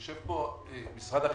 יושב פה נציג משרד החינוך,